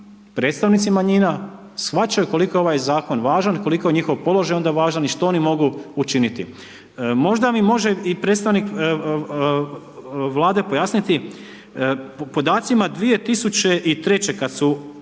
predstavnici manjina, shvaćaju koliko je ovaj zakon važan, koliko je njihov položaj onda važan i što oni mogu učiniti. Možda mi može i predstavnik Vlade pojasniti, po podacima 2003. kad su